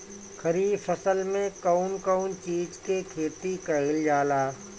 खरीफ फसल मे कउन कउन चीज के खेती कईल जाला?